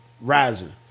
rising